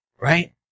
right